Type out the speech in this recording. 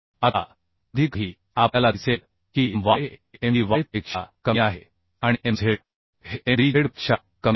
आता कधीकधी आपल्याला दिसेल की m y हे m d y पेक्षा कमी आहे आणि m z हे m d z पेक्षा कमी आहे